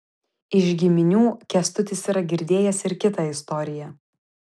iš giminių kęstutis yra girdėjęs ir kitą istoriją